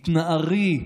התנערי,